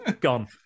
Gone